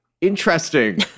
Interesting